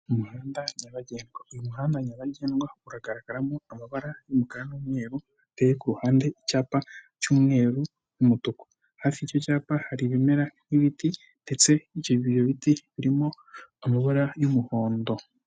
Umuhanda nyabagendwa, uyu muhanda nyabagendwa uragaragaramo amabara y'umukara n'umweru, hateye ku ruhande icyapa cy'umweru umutuku, hafi y'icyo cyapa hari ibimera n'ibiti ndetse ibyo biti birimo amabara y'umuhondo.